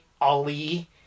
Ali